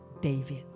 David